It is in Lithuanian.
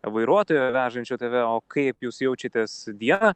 vairuotojo vežančio tave o kaip jūs jaučiatės dieną